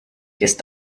ist